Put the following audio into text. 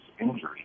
injury